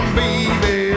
baby